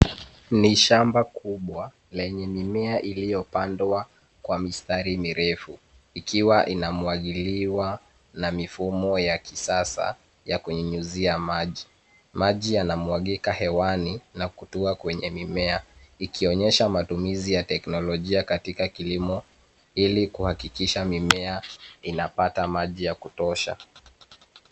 Ni shamba kubwa lenye mimea iliyopandwa kwa mistari mirefu. Ikiwa inamwagiliwa na mifumo ya kisasa ya kunyunyizia maji. Maji yanamwagika hewani na kutua kwenye mimea. Ikionyesha matumizi ya teknolojia katika kilimo, ili kuhakikisha mimea inapata maji ya kutosha.